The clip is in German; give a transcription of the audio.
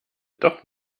doch